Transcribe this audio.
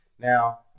Now